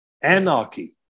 anarchy